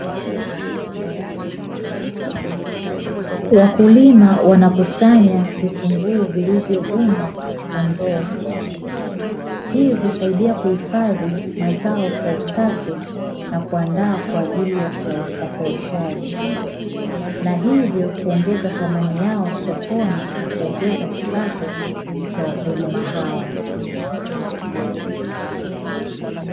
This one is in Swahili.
Wakulima wanakusanya vitunguu vilivyovunwa katika ndoo , hii husaidia kuhifadhi mazao kwa usafi na kuandaa kwa ajili ya usafirishaji . Na hivyo kuongeza thamani yao sokoni na kuongeza kipato cha wakulima hawa.